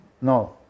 No